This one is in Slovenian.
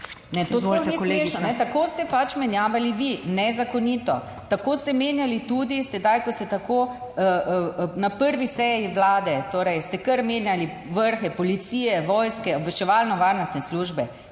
to sploh ni smešno, tako ste pač menjavali vi nezakonito, tako ste menjali tudi sedaj, ko ste tako na prvi seji Vlade, torej ste kar menjali vrhe policije, vojske, obveščevalno-varnostne službe